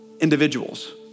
individuals